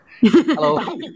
hello